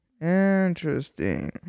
interesting